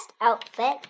outfit